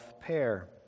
pair